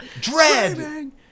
Dread